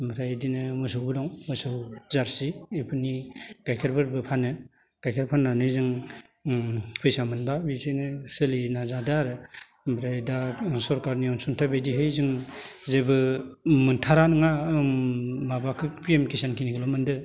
ओमफ्राय इदिनो मोसौबो दं मोसौ जारसि बेफोरनि गाइखेरफोरबो फानो गाइखेर फाननानै जों ओम फैसा मोनब्ला बिजोनो सोलिनो नाजादो आरो ओमफ्राय दा सरखारनि अनसुंथाइ बायदिहै जों जेबो मोनथारा नोङा ओम माबाखो पि एम किसान खिनिखोल' मोनदो